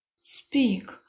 Speak